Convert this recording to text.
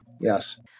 Yes